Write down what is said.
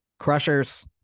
crushers